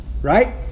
Right